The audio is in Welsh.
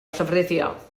llofruddio